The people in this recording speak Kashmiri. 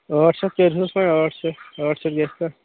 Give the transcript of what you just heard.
ٲٹھ شتھ کٔرۍہوس وۄنۍ ٲٹھ شتھ ٲٹھ شتھ گَژھِ سا